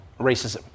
racism